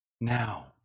now